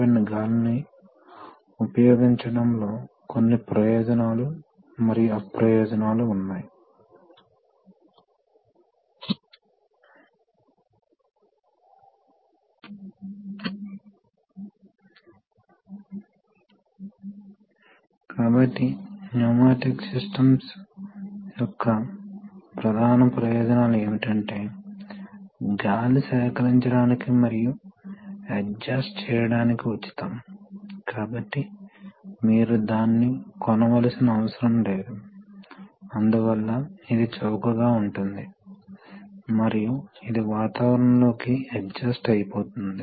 ఇది pilot pilot అనేది ఒక రిమోట్ ప్రదేశం నుండి ప్రెషర్ ని వర్తింపజేయడం ద్వారా మీరు ఒక వాల్వ్ ను ఆపరేట్ చేయవచ్చు కాబట్టి వాల్వ్ యొక్క కొన్ని సాధారణ ఆపరేషన్ మోడ్ ఉండవచ్చు కానీ కొన్నిసార్లు ఆపరేటర్ కంట్రోల్ రూమ్ లో కూర్చొని దానిని అధిగమించటానికి ఆ మోడ్ ని వేరే మోడ్లోకి ప్రవేశించందానికి ఇష్టపడవచ్చు మరియు వాల్వ్ యంత్రానికి సమీపంలో ఫీల్డ్లో ఉంటుంది